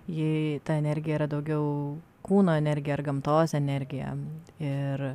ji ta energija yra daugiau kūno energija ar gamtos energija ir